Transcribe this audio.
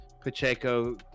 pacheco